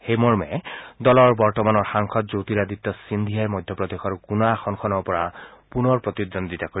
সেইমৰ্মে দলৰ বৰ্তমানৰ সাংসদ জ্যোতিৰাদিত্য সিন্ধীয়াই মধ্যপ্ৰদেশৰ গুণা আসনখনৰ পৰা পুনৰ প্ৰতিদ্বন্থিতা কৰিব